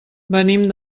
venim